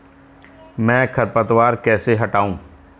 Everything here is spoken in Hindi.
मैं खरपतवार कैसे हटाऊं?